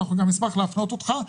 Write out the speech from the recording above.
ואנחנו גם נשמח להפנות אותך.